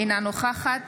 אינה נוכחת